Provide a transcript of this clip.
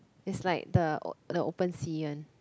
is like the the open sea one